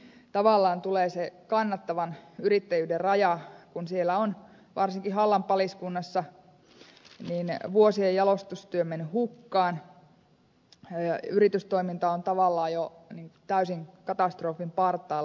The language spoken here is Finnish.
mihin tavallaan tulee se kannattavan yrittäjyyden raja kun siellä on varsinkin hallan paliskunnassa vuosien jalostustyö mennyt hukkaan yritystoiminta on tavallaan jo täysin katastrofin partaalla